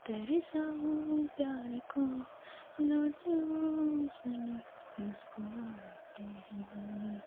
तरसाओ प्यार को लौट आओ सनम मुस्कुराते हैं गम